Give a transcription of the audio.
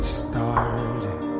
started